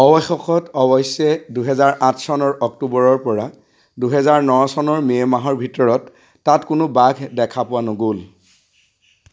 অৱশেষত অৱশ্যে দুহেজাৰ ওঠৰ চনৰ অক্টোবৰৰপৰা দুহেজাৰ ন চনৰ মে' মাহৰ ভিতৰত তাত কোনো বাঘ দেখা পোৱা নগ'ল